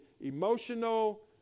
emotional